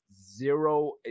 zero